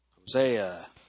Hosea